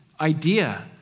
idea